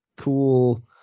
cool